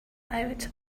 out